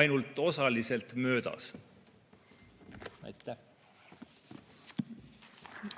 ainult osaliselt möödas. Aitäh!